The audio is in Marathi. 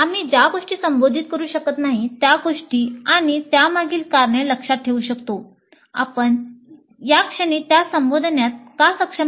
आम्ही ज्या गोष्टी संबोधित करू शकत नाही त्या गोष्टी आणि त्यामागील कारण लक्षात ठेवू शकतो आपण या क्षणी त्या संबोधण्यात का सक्षम नाही